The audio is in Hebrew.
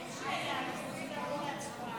אין שאלה, רוצים לעבור להצבעה.